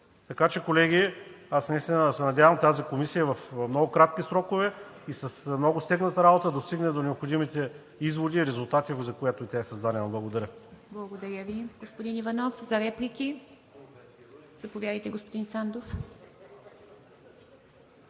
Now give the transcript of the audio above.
държавата. Колеги, аз наистина се надявам тази комисия в много кратки срокове и с много стегната работа да достигне до необходимите изводи и резултати, за което тя е създадена. Благодаря. ПРЕДСЕДАТЕЛ ИВА МИТЕВА: Благодаря Ви, господин Иванов. Реплики? Заповядайте, господин Сандов.